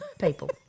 people